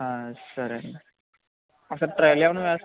సరే ఆండీ ఒకసారి ట్రయల్ ఏమన్నా వేస్తారా